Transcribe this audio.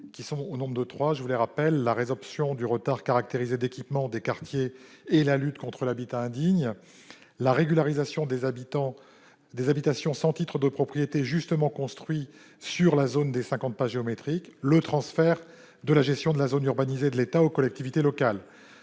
des trois objectifs assignés à ces agences : la résorption du retard caractérisé d'équipements des quartiers et la lutte contre l'habitat indigne, la régularisation des habitations sans titre de propriété construites sur la zone des cinquante pas géométriques et le transfert de la gestion de la zone urbanisée de l'État aux collectivités locales.